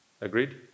Agreed